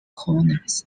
kaunas